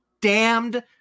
damned